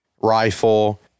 rifle